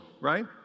right